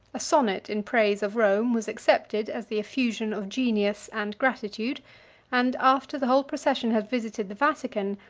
a sonnet in praise of rome was accepted as the effusion of genius and gratitude and after the whole procession had visited the vatican,